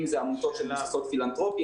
אם זה עמותות שמבוססות פילנתרופי,